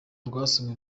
rwasomwe